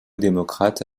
démocrate